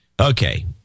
Okay